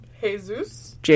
Jesus